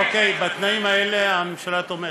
אוקיי, בתנאים האלה הממשלה תומכת.